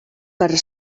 per